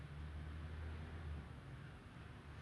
de la salle I have never heard of that before